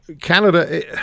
Canada